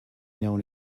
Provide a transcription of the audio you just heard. known